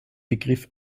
begriff